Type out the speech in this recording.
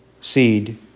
seed